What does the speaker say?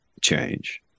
change